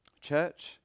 Church